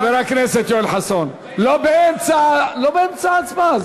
חבר הכנסת יואל חסון, לא באמצע ההצבעה.